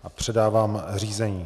A předávám řízení.